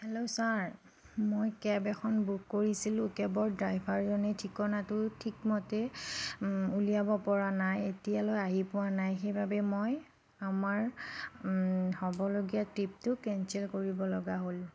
হেল' sir মই cab এখন book কৰিছিলোঁ কেবৰ ড্ৰাইভাৰজনে ঠিকনাতো ঠিকমতে উলিয়াব পৰা নাই এতিয়ালৈ আহি পোৱা নাই সেইবাবে মই আমাৰ হ'বলগীয়া ট্ৰিপটো কেঞ্চেল কৰিবলগা হ'ল